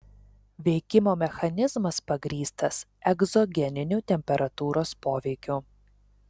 veikimo mechanizmas pagrįstas egzogeniniu temperatūros poveikiu